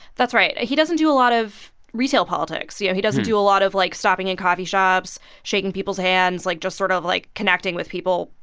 that's right. he doesn't do a lot of retail politics. you know, he doesn't do a lot of, like, stopping in coffee shops, shaking people's hands like, just sort of, like, connecting with people,